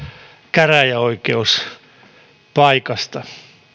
käräjäoikeuspaikasta